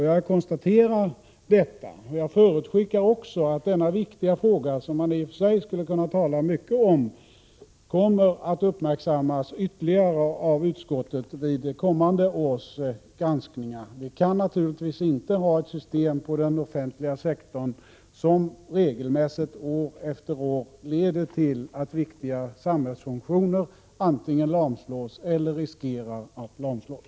Jag konstaterar detta, och jag förutskickar också att denna viktiga fråga — som man i och för sig skulle kunna tala mycket om —- kommer att uppmärksammas ytterligare av utskottet vid kommande års granskningar. Vi kan naturligtvis inte ha ett system på den offentliga sektorn som regelmässigt, år efter år, leder till att viktiga samhällsfunktioner antingen lamslås eller riskerar att lamslås.